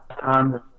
time